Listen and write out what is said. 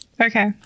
Okay